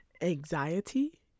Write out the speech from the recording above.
Anxiety